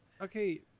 okay